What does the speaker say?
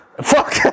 fuck